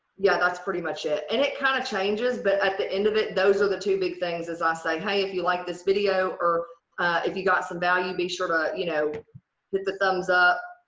yeah that's pretty much of it. and it kind of changes but at the end of it those are the two big things as i say, hey, if you like this video or if you got some value be sure to you know hit the thumbs up.